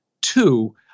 Two